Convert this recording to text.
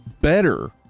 better